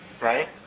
right